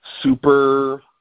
super